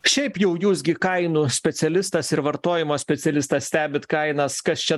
šiaip jau jūs gi kainų specialistas ir vartojimo specialistas stebit kainas kas čia